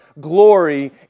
Glory